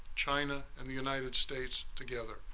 china, and the united states together,